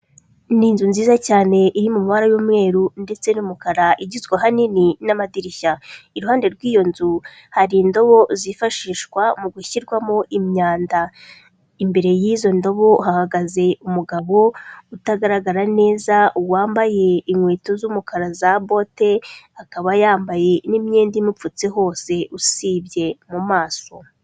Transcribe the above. Ni inzu nziza cyane iri mu mabara y'umweru ndetse n'umukara igizwe ahanini n'amadirishya, iruhande rw'iyo nzu hari indobo zifashishwa mu gushyirwamo imyanda, imbere y'izo ndobo hahagaze umugabo utagaragara neza wambaye inkweto z'umukara za bote, akaba yambaye n'imyenda imupfutse hose usibye mu maso.